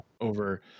over